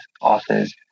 authors